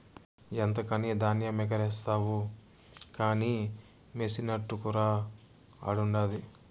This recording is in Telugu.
ఎంతకని ధాన్యమెగారేస్తావు కానీ మెసినట్టుకురా ఆడుండాది